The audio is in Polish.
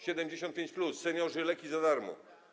75+, seniorzy i leki za darmo.